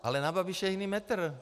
Ale na Babiše je jiný metr.